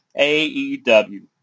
aew